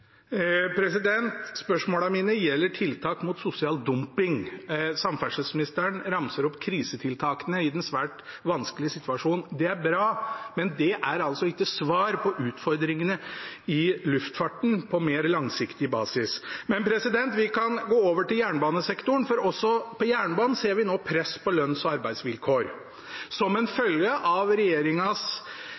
mine gjelder tiltak mot sosial dumping. Samferdselsministeren ramser opp krisetiltakene i den svært vanskelige situasjonen. Det er bra, men det er ikke svar på utfordringene i luftfarten på mer langsiktig basis. Men vi kan gå over til jernbanesektoren, for også på jernbanen ser vi nå press på lønns- og arbeidsvilkår som en følge av